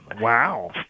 Wow